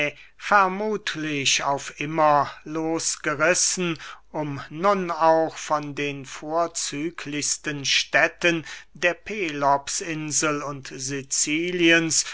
vermuthlich auf immer losgerissen um nun auch von den vorzüglichsten städten der pelopsinsel und siciliens